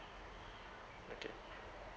okay